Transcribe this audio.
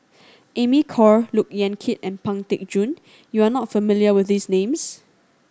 Amy Khor Look Yan Kit and Pang Teck Joon you are not familiar with these names